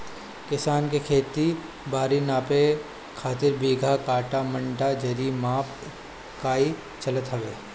किसान के खेत बारी नापे खातिर बीघा, कठ्ठा, मंडा, जरी माप इकाई चलत हवे